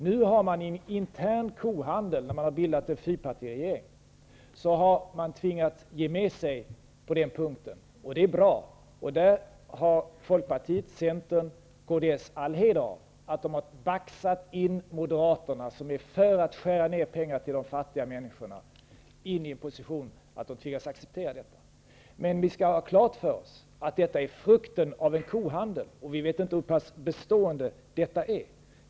Nu har Moderaterna i den interna kohandeln när en fyrpartiregering bildats tvingats ge med sig på den punkten, och det är bra. Folkpartiet, Centern och Kds har all heder av att de baxat Moderaterna, som är för att skära ner pengarna till de fattiga människorna, in i en position där de tvingats att acceptera detta mål. Men vi skall ha klart för oss att detta är frukten av en kohandel. Vi vet inte hur pass bestående det är.